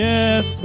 Yes